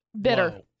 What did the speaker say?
bitter